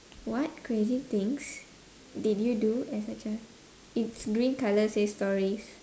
what crazy things did you do as a child it's green colour say stories